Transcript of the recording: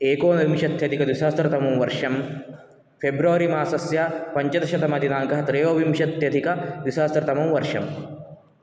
एकोनविंशत्यधिकद्विसहस्रतमो वर्षं फ़ेब्रवरीमासस्य पञ्चदशतमदिनाङ्कः त्रयोविंशत्यधिकद्विसहस्रतमो वर्षम्